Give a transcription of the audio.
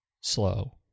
Slow